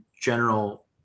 general